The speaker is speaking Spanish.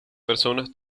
personas